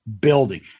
building